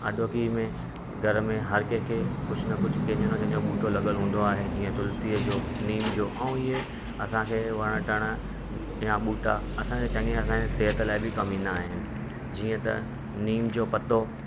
अॼोकी में घर में हर कंहिंखे कुझु न कुझु कंहिंजो न कंहिंजो ॿूटो लॻलु हूंदो आहे जीअं तुलसीअ जो नीम जो ऐं इअं असांखे वण टण या ॿूटा असांखे चङी असांजे सिहत लाइ बि कमु ईंदा आहिनि जीअं त नीम जो पत्तो